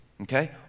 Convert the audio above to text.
okay